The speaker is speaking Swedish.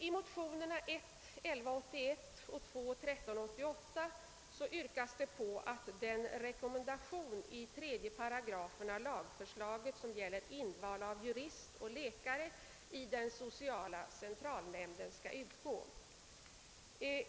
I motionerna I: 1181 och II: 1388 yrkas det att rekommendationen i 3 8 i lagförslaget om inval av jurist och läkare i den sociala centralnämnden skall utgå.